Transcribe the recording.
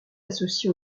associé